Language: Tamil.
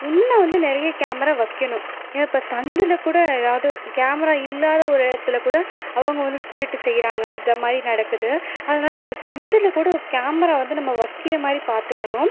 முன்னே வந்து நிறைய கேமரா வைக்கனும் ஏன் இப்போ சந்தில் கூட ஏதாவது கேமரா இல்லாத ஒரு இடத்துல கூட அவங்க வந்து திருட்டு செய்கிறாங்க இந்த மாதிரி நடக்குது அதனால் ஒரு சந்தில் கூட கேமரா வந்து நம்ம வைக்கிர மாதிரி பார்த்துக்கனும்